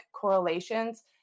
Correlations